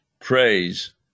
praise